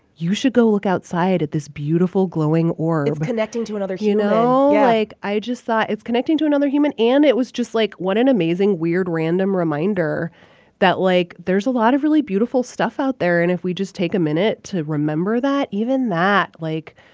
you should go look outside at this beautiful, glowing orb. it's connecting to another human you know, like, i just thought it's connecting to another human. and it was just, like, what an amazing, weird random reminder that, like, there's a lot of really beautiful stuff out there. and if we just take a minute to remember that, even that, like,